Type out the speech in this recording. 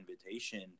invitation